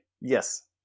Yes